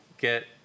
get